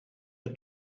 the